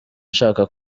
nshaka